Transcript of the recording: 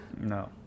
No